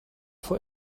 for